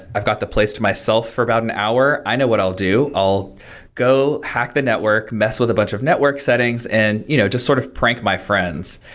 i've got the place to myself for about an hour. i know what i'll do, i'll go hack the network, mess with a bunch of network settings and you know just sort of prank my friends.